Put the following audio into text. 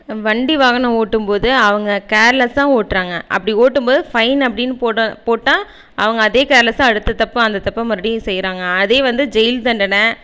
வண்டி வாகனம் ஓட்டும்போதும் அவங்க கேர்லெஸ்ஸாக ஓட்டுறாங்க அப்படி ஓட்டும்போது ஃபைன் அப்படினு போட போட்டால் அவங்க அதே கேர்லெஸ்ஸாக அடுத்த தப்பாக அந்த தப்பை மறுபடியும் செய்யறாங்க அதே வந்து ஜெயில் தண்டனை